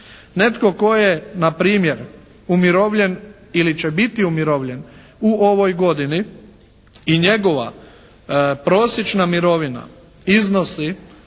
Netko tko je npr. umirovljen ili će biti umirovljen u ovoj godini i njegova prosječna mirovina iznosi